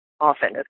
often